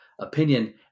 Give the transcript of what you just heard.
opinion